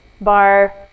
bar